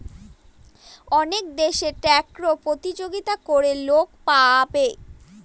অনেক দেশে ট্যাক্সে প্রতিযোগিতা করে লোক পাবে